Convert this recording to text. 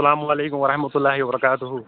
اسلام علیکُم ورحمتُ اللہ وَبَرَکاتُہ